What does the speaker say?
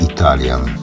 Italian